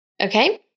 Okay